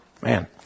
Man